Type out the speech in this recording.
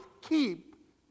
keep